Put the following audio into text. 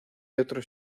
otros